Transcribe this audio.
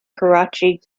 karachi